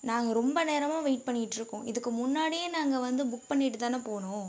நாங்கள் ரொம்ப நேரமாக வெயிட் பண்ணிகிட்டுருக்கோம் இதுக்கு முன்னாடி நாங்கள் வந்து புக் பண்ணிகிட்டு தானே போனோம்